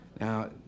Now